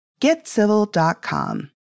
Getcivil.com